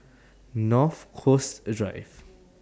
North Coast Drive